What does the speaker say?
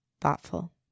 thoughtful